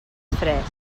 fresc